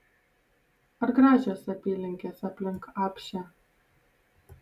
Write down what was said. ar gražios apylinkės aplink apšę